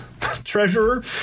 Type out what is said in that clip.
treasurer